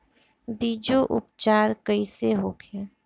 बीजो उपचार कईसे होखे?